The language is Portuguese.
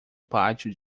pátio